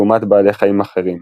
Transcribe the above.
לעומת בעלי חיים אחרים.